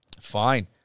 fine